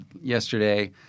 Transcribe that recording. yesterday